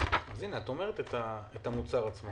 אז הנה, את אומרת את המוצר עצמו.